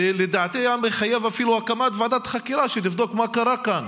שלדעתי היה מחייב אפילו הקמת ועדת חקירה שתבדוק מה קרה כאן.